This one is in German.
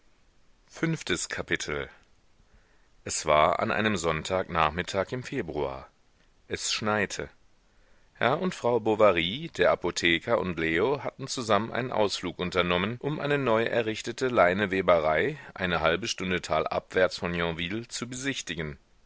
fünftes kapitel es war an einem sonntag nachmittag im februar es schneite herr und frau bovary der apotheker und leo hatten zusammen einen ausflug unternommen um eine neu errichtete leineweberei eine halbe stunde talabwärts von yonville zu besichtigen